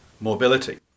mobility